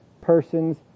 person's